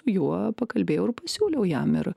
juo pakalbėjau ir pasiūliau jam ir